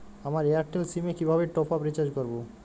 আমার Airtel SIM এ কিভাবে টপ আপ রিচার্জ করবো?